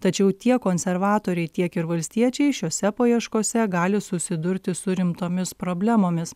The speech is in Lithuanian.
tačiau tiek konservatoriai tiek ir valstiečiai šiose paieškose gali susidurti su rimtomis problemomis